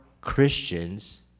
Christians